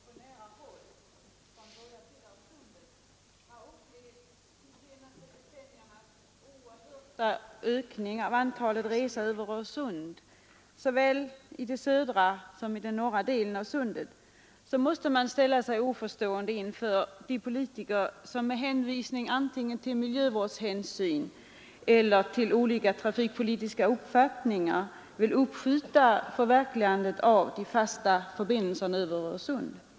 Herr talman! Den som hela sitt liv bott vid Öresund och på nära håll — från båda sidor av sundet — har upplevt de senaste decenniernas nästan otroliga ökning av antalet resor över Öresund, såväl i södra som i norra delen av sundet, måste ställa sig oförstående inför de politiker som med hänvisning till antingen miljövårdshänsyn eller olika trafikpolitiska uppfattningar vill uppskjuta förverkligandet av de fasta förbindelserna över Öresund.